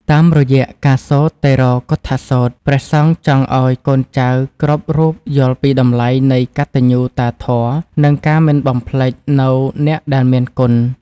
តាមរយៈការសូត្រតិរោកុឌ្ឍសូត្រ ព្រះសង្ឃចង់ឱ្យកូនចៅគ្រប់រូបយល់ពីតម្លៃនៃ កតញ្ញូតាធម៌ និងការមិនបំភ្លេចនូវអ្នកដែលមានគុណ។